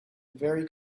very